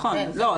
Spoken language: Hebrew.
לא,